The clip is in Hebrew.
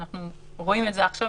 אנחנו רואים את זה עכשיו,